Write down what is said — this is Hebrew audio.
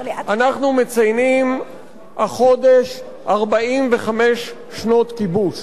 אנחנו מציינים החודש 45 שנות כיבוש.